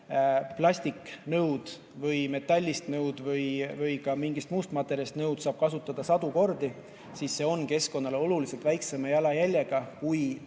plastiknõu või metallist nõu või ka mingist muust materjalist nõu saab kasutada sadu kordi, siis see on keskkonnale oluliselt väiksema jalajäljega kui